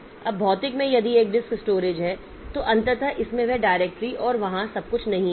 अब भौतिक में यदि यह एक डिस्क स्टोरेज है तो अंततः इसमें वह डायरेक्टरी और वहां सब कुछ नहीं है